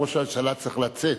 ראש הממשלה צריך לצאת.